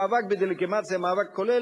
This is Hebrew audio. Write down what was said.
מאבק בדה-לגיטימציה הוא מאבק כולל.